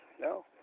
no